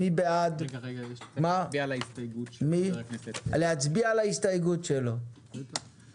מי בעד ההסתייגות של חבר הכנסת קרעי?